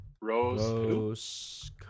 Rose